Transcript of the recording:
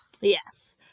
Yes